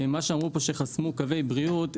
נאמר בדיון שחוסמים קווי בריאות,